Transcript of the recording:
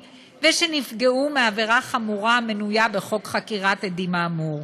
ושנפגעו מעבירה חמורה המנויה בחוק חקירת עדים האמור.